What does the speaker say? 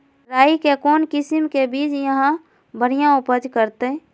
राई के कौन किसिम के बिज यहा बड़िया उपज करते?